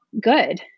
good